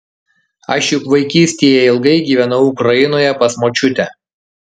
aš juk vaikystėje ilgai gyvenau ukrainoje pas močiutę